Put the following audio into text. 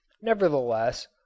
nevertheless